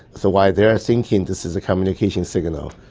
so while they're thinking this is a communication signal,